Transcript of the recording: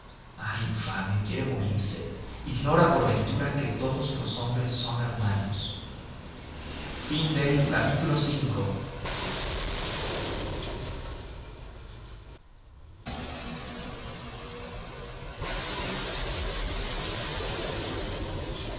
ah infame quiere morirse ignora por ventura que todos los hombres son hermanos vi